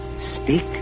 speak